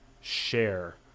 share